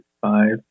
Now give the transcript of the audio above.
five